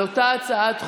על אותה הצעת חוק,